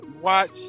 Watch